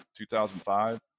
2005